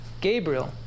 Gabriel